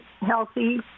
healthy